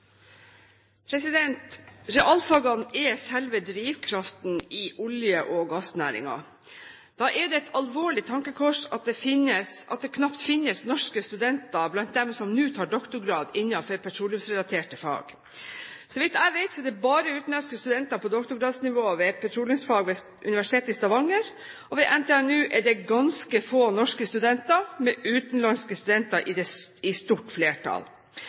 det et alvorlig tankekors at det knapt finnes norske studenter blant dem som nå tar doktorgrad innenfor petroleumsrelaterte fag. Så vidt jeg vet, er det bare utenlandske studenter på doktorgradsnivå i petroleumsfag ved Universitetet i Stavanger, og ved NTNU er det ganske få norske studenter, med utenlandske studenter i stort flertall. Dette er definitivt bekymringsfullt og et klart uttrykk for at realfagene ikke har nødvendig appell hos dagens unge. Derfor er det